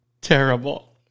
terrible